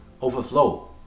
overflow